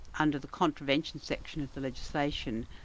under the contravention section of the legislation,